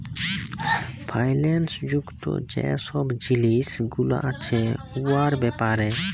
ফাইল্যাল্স যুক্ত যে ছব জিলিস গুলা আছে উয়ার ব্যাপারে